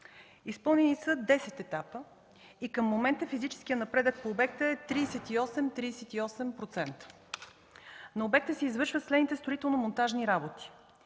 Изпълнени са 10 етапа. Към момента физическият напредък на обекта е 38,38%. На обекта се извършват следните строително-монтажни работи: